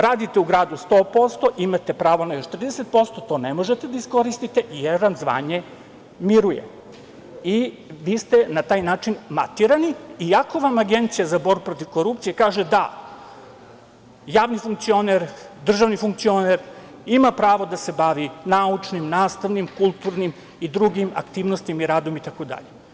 Radite u gradu 100%, imate pravo na još 30%, ali to ne možete da iskoristite jer vam zvanje miruje i vi ste na taj način matirani, iako vam Agencija za borbu protiv korupcije kaže - da javni funkcioner, državni funkcioner, ima pravo da se bavi naučnim, nastavnim, kulturnim i drugim aktivnostima i radom, itd.